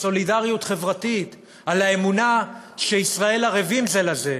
סולידריות חברתית, האמונה שישראל ערבים זה לזה,